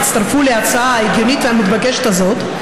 הצטרפו להצעה ההגיונית והמתבקשת הזאת,